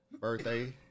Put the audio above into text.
Birthday